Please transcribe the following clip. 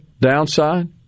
downside